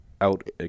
out